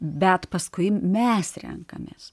bet paskui mes renkamės